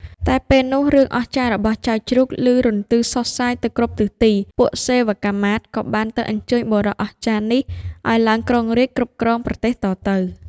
តែពេលនោះរឿងអស្ចារ្យរបស់ចៅជ្រូក ឮរន្ទឺសុះសាយទៅគ្រប់ទិសទី ពួកសេវកាមាត្រក៏បានទៅអញ្ជើញបុរសអស្ចារ្យនេះ ឱ្យឡើងគ្រងរាជ្យគ្រប់គ្រងប្រទេសតទៅ។